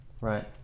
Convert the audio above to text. Right